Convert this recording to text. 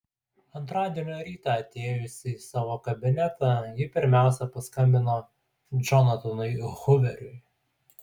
antradienio rytą atėjusi į savo kabinetą ji pirmiausia paskambino džonatanui huveriui